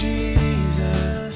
Jesus